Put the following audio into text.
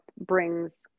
brings